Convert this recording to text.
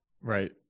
Right